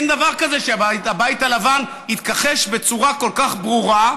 אין דבר כזה שהבית הלבן יתכחש בצורה כל כך ברורה,